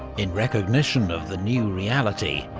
in recognition of the new reality,